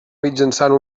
mitjançant